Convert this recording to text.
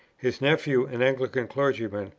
his nephew, an anglican clergyman,